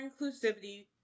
inclusivity